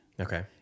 Okay